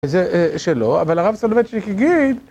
זה שלא, אבל הרב סולובייצ'יק יגיד.